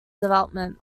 development